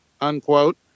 unquote